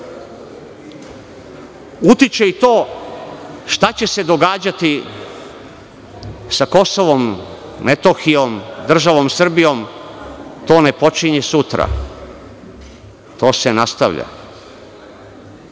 utiče i to šta će se događati sa Kosovom, Metohijom, državom Srbijom, to ne počinje sutra, to se nastavlja.